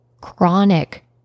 Chronic